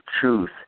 truth